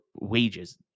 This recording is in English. wages